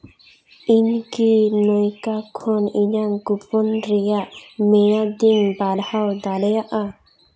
ᱤᱧᱠᱤ ᱱᱟᱭᱤᱠᱟ ᱠᱷᱚᱱ ᱤᱧᱟᱹᱜ ᱠᱩᱯᱚᱱ ᱨᱮᱭᱟᱜ ᱢᱮᱭᱟᱫᱤᱧ ᱵᱟᱲᱦᱟᱣ ᱫᱟᱲᱮᱭᱟᱜᱼᱟ